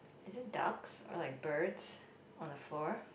is it ducks or like birds on the door